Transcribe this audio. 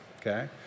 Okay